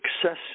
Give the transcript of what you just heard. Success